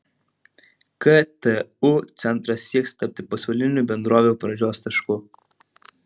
ktu centras sieks tapti pasaulinių bendrovių pradžios tašku